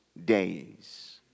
days